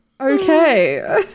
Okay